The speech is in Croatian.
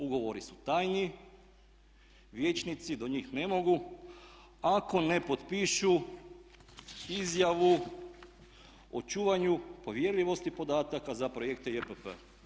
Ugovori su tajni, vijećnici do njih ne mogu, ako ne potpišu izjavu o čuvanju povjerljivosti podataka za projekte JPP.